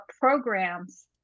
programs